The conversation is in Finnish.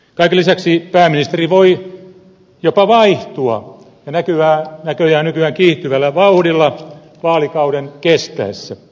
kaiken lisäksi pääministeri voi jopa vaihtua ja näköjään nykyään kiihtyvällä vauhdilla vaalikauden kestäessä